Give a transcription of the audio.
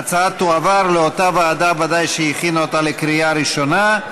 ההצעה תועבר לאותה ועדה שהכינה אותה לקריאה ראשונה,